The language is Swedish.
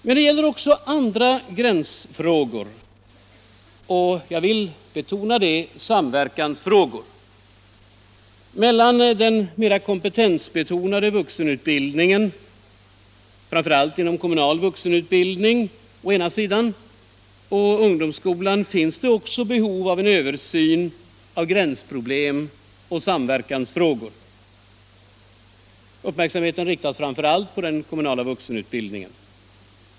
Men det gäller även andra gränsfrågor och — jag vill betona det — samverkansfrågor. Också när det gäller den mer kompetensbetonade vuxenutbildningen —- framför allt den kommunala vuxenutbildningen och arbetsmarknadsutbildningen — och ungdomsskolan finns det behov av en översyn av gränsproblem och samverkansfrågor. Uppmärksamheten riktas då framför allt på den kommunala vuxenutbildningen.